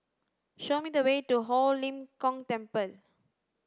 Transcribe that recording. show me the way to Ho Lim Kong Temple